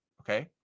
okay